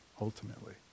ultimately